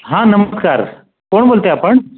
हा नमस्कार कोण बोलत आहे आपण